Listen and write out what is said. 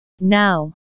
Now